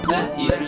Matthew